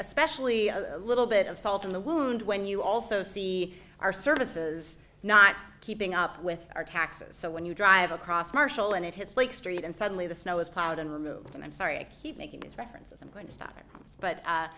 especially a little bit of salt in the wound when you also see our services not keeping up with our taxes so when you drive across marshall and it hits lake street and suddenly the snow is powered and removed and i'm sorry i keep making these references i'm going to stop it but